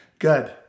Good